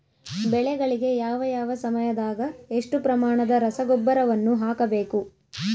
ಬೆಳೆಗಳಿಗೆ ಯಾವ ಯಾವ ಸಮಯದಾಗ ಎಷ್ಟು ಪ್ರಮಾಣದ ರಸಗೊಬ್ಬರವನ್ನು ಹಾಕಬೇಕು?